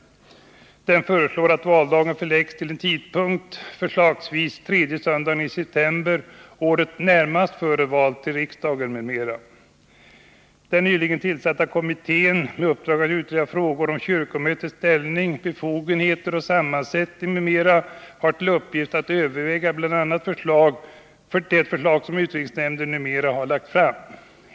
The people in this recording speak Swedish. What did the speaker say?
Den föreslår att 55 att öka deltagandet i kyrkovalen valdagen förläggs till en tidpunkt, förslagsvis tredje söndagen i september, året närmast före valen till riksdagen m.m. Den nyligen tillsatta kommittén med uppdrag att utreda frågor om kyrkomötets ställning, befogenheter och sammansättning m.m. hartill uppgift att överväga bl.a. det förslag som utredningsnämnden numera har lagt fram.